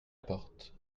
porte